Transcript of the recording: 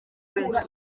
benshi